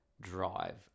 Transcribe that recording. drive